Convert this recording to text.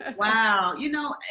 and wow. you know,